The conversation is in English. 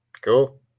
Cool